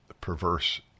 perverse